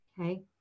Okay